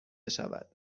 شود